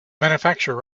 manufacturer